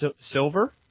Silver